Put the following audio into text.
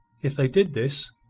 if they did this,